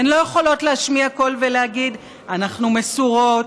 הן לא יכולות להשמיע קול ולהגיד: אנחנו מסורות,